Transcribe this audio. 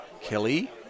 Kelly